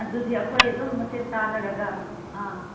ꯑꯗꯨꯗꯤ ꯑꯩꯈꯣꯏ ꯑꯗꯨꯝ ꯃꯁꯦꯟ ꯇꯥꯟꯅꯔꯒ ꯑꯥ